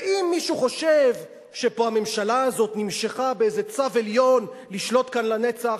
ואם מישהו חושב שהממשלה הזאת נמשחה באיזה צו עליון לשלוט כאן לנצח,